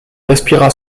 respira